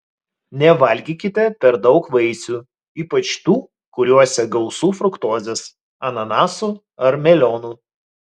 nevalgykite per daug vaisių ypač tų kuriuose gausu fruktozės ananasų ar melionų